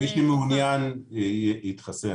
מי שמעוניין יתחסן.